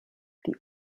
die